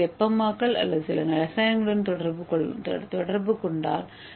மேலும் வெப்பமாக்கல் அல்லது சில இரசாயனங்களுடன் தொடர்பு கொள்ளுங்கள்